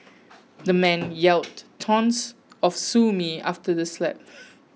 the man yelled taunts of sue me after the slap